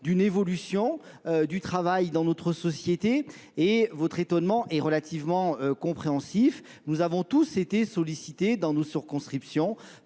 d'une évolution du travail dans notre société Et votre étonnement est relativement compréhensif. Nous avons tous été sollicités dans nos surconscriptions